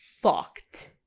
fucked